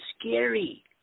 scary